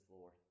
Lord